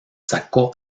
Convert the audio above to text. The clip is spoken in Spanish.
sacó